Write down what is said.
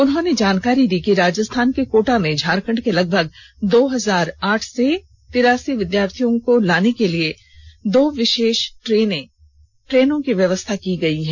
उन्होंने जानकारी दी कि राजस्थान के कोटा में झारखंड के लगभग दो हजार आठ से तिरासी विद्यार्थियों को लाने के लिए दो विशेष ट्रेन की व्यवस्था की गई है